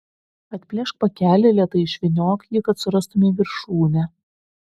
atplėšk pakelį lėtai išvyniok jį kad surastumei viršūnę